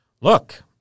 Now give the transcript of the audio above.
look